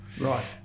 Right